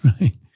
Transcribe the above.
right